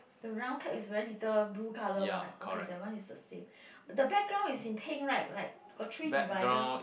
the round cat is very little blue color one right okay that one is the same the background is in pink right like got three divider